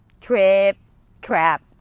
trip-trap